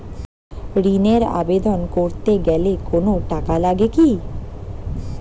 ঋণের আবেদন করতে গেলে কোন টাকা লাগে কিনা?